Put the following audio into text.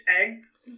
eggs